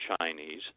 Chinese